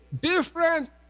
different